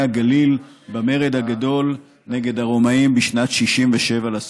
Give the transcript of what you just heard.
הגליל במרד הגדול נגד הרומאים בשנת 67 לספירה,